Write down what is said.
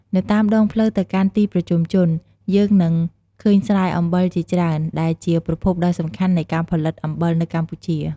នៅតាមដងផ្លូវទៅកាន់ទីប្រជុំជន យើងនឹងឃើញស្រែអំបិលជាច្រើន ដែលជាប្រភពដ៏សំខាន់នៃការផលិតអំបិលនៅកម្ពុជា។